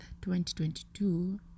2022